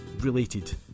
related